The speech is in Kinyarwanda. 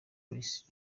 jolis